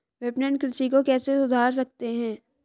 विपणन कृषि को कैसे सुधार सकते हैं?